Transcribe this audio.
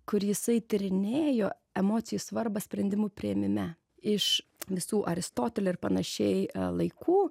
kur jisai tyrinėjo emocijų svarbą sprendimų priėmime iš visų aristotelio ir panašiai laikų